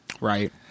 Right